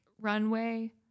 runway